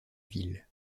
ville